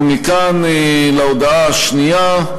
ומכאן להודעה השנייה: